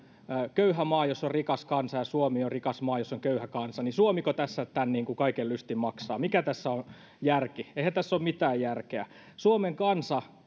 köyhä maa jossa on rikas kansa ja suomi on rikas maa jossa on köyhä kansa niin suomiko tässä tämän kaiken lystin maksaa mikä tässä on järki eihän tässä ole mitään järkeä suomen kansa